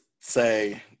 say